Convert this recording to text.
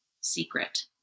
secret